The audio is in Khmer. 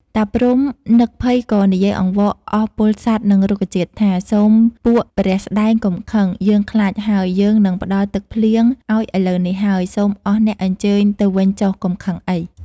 តាព្រហ្មនិក ភ័យក៏និយាយអង្វរអស់ពលសត្វនិងរុក្ខជាតិថា “ សូមពួកព្រះស្ដែងកុំខឹង យើងខ្លាច ហើយ យើងនឹងផ្តល់ទឹកភ្លៀងឱ្យឥឡូវនេះហើយ សូមអស់អ្នកអញ្ជើញទៅវិញចុះកុំ ខឹងអី”។